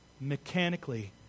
mechanically